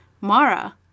Mara